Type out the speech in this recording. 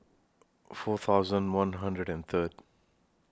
four thousand one hundred and Third